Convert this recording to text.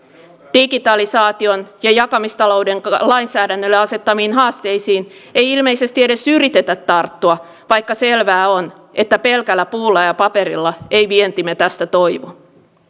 digitalisaation ja jakamistalouden lainsäädännölle asettamiin haasteisiin ei ilmeisesti edes yritetä tarttua vaikka selvää on että pelkällä puulla ja paperilla ei vientimme tästä toivu